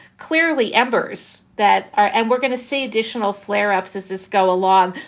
clearly embers that are and we're going to see additional flare ups as this go along,